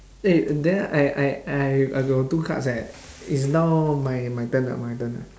eh then I I I I got two cards eh it's now my my turn ah my turn ah